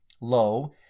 Lo